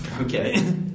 Okay